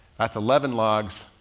that's eleven logs.